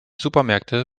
supermärkte